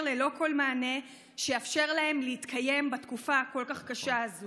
ללא כל מענה שיאפשר להם להתקיים בתקופה הקשה כל